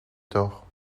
tort